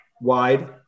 wide